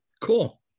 Cool